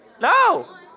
No